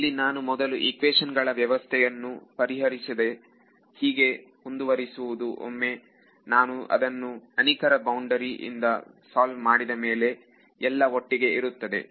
ಇಲ್ಲಿ ನಾನು ಮೊದಲು ಇಕ್ವೇಶನ್ ಗಳ ವ್ಯವಸ್ಥೆಯನ್ನು ಪರಿಹರಿಸದೆ ಹೇಗೆ ಮುಂದುವರಿಸುವುದು ಒಮ್ಮೆ ನಾನು ಅದನ್ನು ಅನಿಖರ ಬೌಂಡರಿ ಇಂದ ಸಾಲ್ವ ಮಾಡಿದಮೇಲೆ ಎಲ್ಲ ಒಟ್ಟಿಗೆ ಇರುತ್ತದೆ